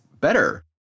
better